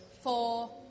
four